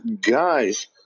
guys